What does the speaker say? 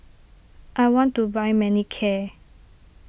I want to buy Manicare